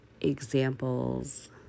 examples